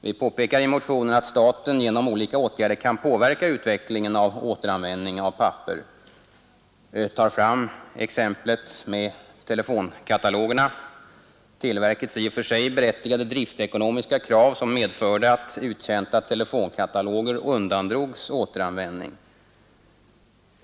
Vi påpekar i motionen att staten genom olika åtgärder kan påverka utvecklingen av återanvändningen av papper. Vi tar fram exemplet med telefonkatalogerna — televerkets i och för sig berättigade driftekonomiska krav, som medförde att telefonkatalogerna undandrogs återanvändning.